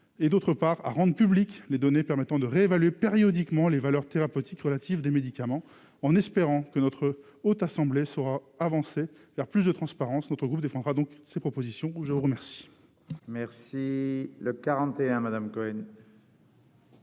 et d'autre part à rendre publiques les données permettant de réévaluer périodiquement les valeurs thérapeutiques relatives des médicaments, en espérant que notre haute assemblée sera avancée vers plus de transparence, notre groupe défendra donc ces propositions, je vous remercie.